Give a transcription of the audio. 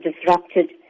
disrupted